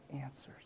answers